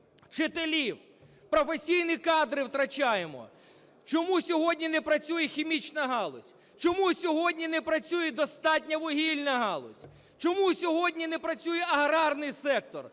вчителів, професійні кадри втрачаємо! Чому сьогодні не працює хімічна галузь? Чому сьогодні не працює достатньо вугільна галузь? Чому сьогодні не працює аграрний сектор?